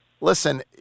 listen